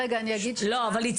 אבל סמי, הצענו את זה, אם אתה זוכר.